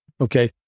Okay